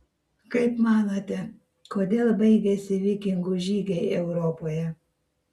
kaip manote kodėl baigėsi vikingų žygiai europoje